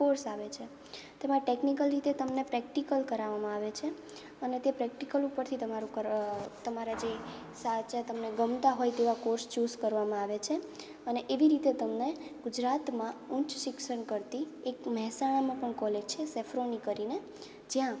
course આવે છે તેમાં ટેકનીકલ રીતે તમને પ્રેક્ટિકલ કરાવવામાં આવે છે અને તે પ્રેક્ટિકલ ઉપરથી તમારું કરવા અ તમારા જે સાચા તમને ગમતા હોય તેવા કોર્સ ચુઝ કરવામાં આવે છે અને એવી રીતે તમને ગુજરાતમાં ઉચ્ચ શિક્ષણ કરતી એક મહેસાણામાં પણ કોલેજ છે સેફ્રોની કરીને જ્યાં